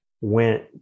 went